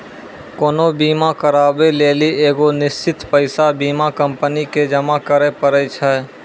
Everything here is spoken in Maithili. कोनो बीमा कराबै लेली एगो निश्चित पैसा बीमा कंपनी के जमा करै पड़ै छै